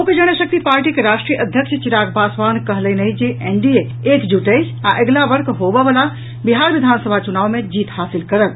लोक जनशक्ति पार्टीक राष्ट्रीय अध्यक्ष चिराग पासवान कहलनि अछि जे एनडीए एकजुट अछि आ अगिला वर्ष होबय वला बिहार विधानसभा चुनाव मे जीत हासिल करत